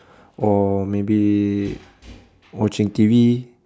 or maybe watching T_V